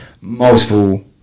multiple